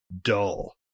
dull